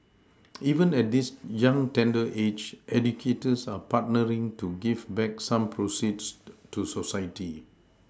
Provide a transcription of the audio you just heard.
even at this young tender age educators are partnering to give back some proceeds to society